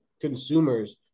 consumers